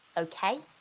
ok?